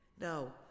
No